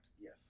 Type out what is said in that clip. yes